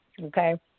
okay